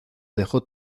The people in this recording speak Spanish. dejó